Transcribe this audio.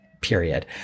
period